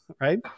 right